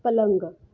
पलंग